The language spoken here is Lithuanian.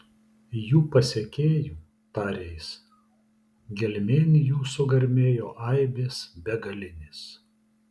jų pasekėjų tarė jis gelmėn jų sugarmėjo aibės begalinės